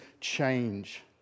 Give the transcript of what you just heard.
change